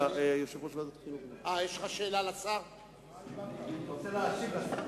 אני רוצה להשיב לשר.